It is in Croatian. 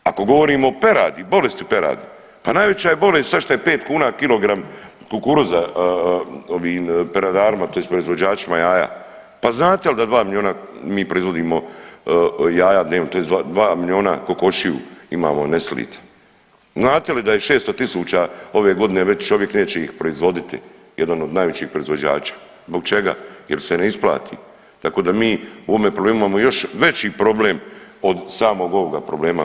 Ako govorimo o peradi, bolesti peradi, pa najveća je bolest sad što je 5 kuna kilogram kukuruza ovim peradarima tj. proizvođačima jaja, pa znate li da dva milijuna mi proizvodimo jaja dnevno tj. dva milijuna kokošiju imamo nesilica, znate li da je 600 tisuća ove godine već čovjek neće ih proizvoditi jedan od najvećih proizvođača, zbog čega, jer se ne isplati, tako da mi u ovome problemu imamo još veći problem od samog ovoga problema.